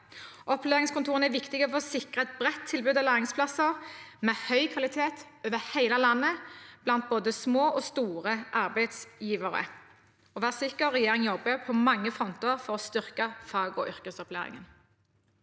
Opplæringskontorene er viktige for å sikre et bredt tilbud av lærlingplasser av høy kvalitet over hele landet blant både små og store arbeidsgivere. Vær sikker: Regjeringen jobber på mange fronter for å styrke fag- og yrkesopplæringen.